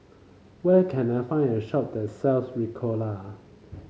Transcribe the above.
where can I find a shop that sells Ricola